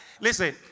Listen